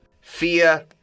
Fear